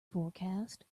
forecast